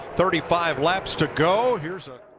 thirty five laps to go, here is ah